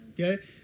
okay